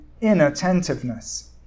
inattentiveness